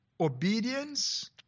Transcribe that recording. obedience